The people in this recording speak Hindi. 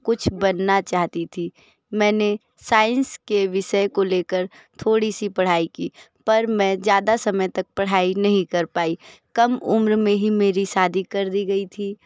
कुछ बनना चाहती थी मैंने साइंस के विषय को लेकर थोड़ी सी पढ़ाई की पर मैं ज़्यादा समय तक पढ़ाई नहीं कर पाई कम उम्र में ही मेरी शादी कर दी गई थी